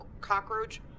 cockroach